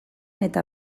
eta